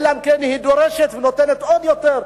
אלא אם כן היא דורשת ונותנת עוד יותר,